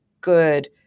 good